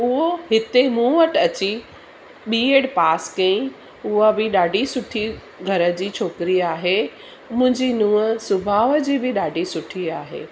उहो हिते मूं वटि अची बी एड पास कईं उहा बि ॾाढी सुठी घर जी छोकिरी आहे मुंहिंजी नुंहुं सुभाउ जी बि ॾाढी सुठी आहे